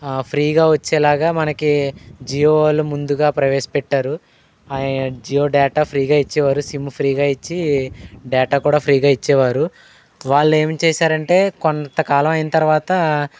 ఫ్రీగా వచ్చేలాగా మనకి జియో వాళ్ళు ముందుగా ప్రవేశపెట్టారు జియో డేటా ఫ్రీగా ఇచ్చేవారు సిమ్ ఫ్రీగా ఇచ్చి డేటా కూడా ఫ్రీగా ఇచ్చేవారు వాళ్ళు ఏమి చేశారంటే కొంతకాలం అయిన తర్వాత